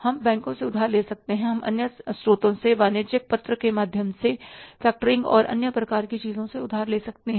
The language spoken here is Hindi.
हम बैंकों से उधार ले सकते हैं हम अन्य स्रोतों से वाणिज्यिक पत्र के माध्यम से फैक्टरिंग और अन्य प्रकार की चीजों से उधार ले सकते हैं